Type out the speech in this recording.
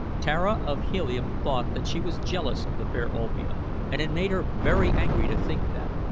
tara of helium thought that she was jealous of the fair olvia and it made her very angry to think that.